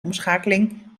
omschakeling